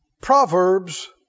Proverbs